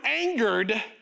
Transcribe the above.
angered